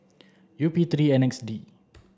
U P three N X D